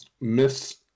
Miss